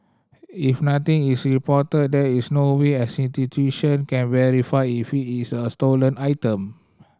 if nothing is reported there is no way an institution can verify if is a stolen item